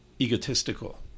egotistical